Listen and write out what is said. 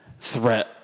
threat